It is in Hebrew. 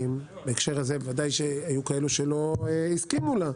בהקשר הזה, היו ודאי כאלה שלא הסכימו לה,